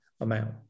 amount